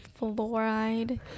Fluoride